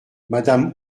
madame